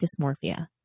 dysmorphia